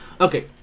Okay